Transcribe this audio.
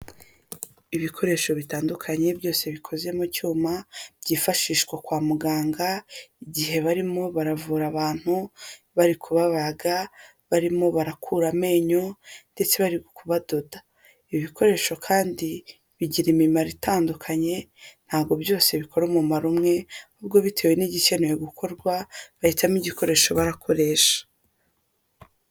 Ibikoresho bitandukanye byose bikoze mu cyuma, byifashishwa kwa muganga igihe barimo baravura abantu, bari kubabaga, barimo barakura amenyo ndetse bari kubadoda. Ibi bikoresho kandi bigira imimaro itandukanye, ntabwo byose bikora umumaro umwe, ahubwo bitewe n'igikenewe gukorwa, bahitamo igikoresho barakoresha.